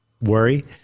worry